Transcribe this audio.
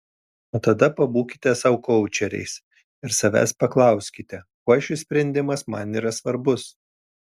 o tada pabūkite sau koučeriais ir savęs paklauskite kuo šis sprendimas man yra svarbus